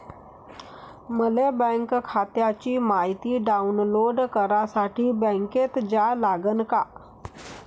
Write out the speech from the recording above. मले बँक खात्याची मायती डाऊनलोड करासाठी बँकेत जा लागन का?